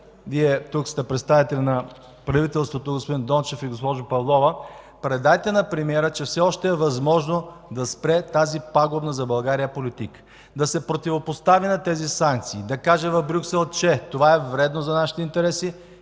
Вие тук сте представители на правителството, господин Дончев и госпожо Павлова, предайте на премиера, че все още е възможно да спре тази пагубна за България политика. Да се противопостави на тези санкции, да каже в Брюксел, че това е вредно за нашите интереси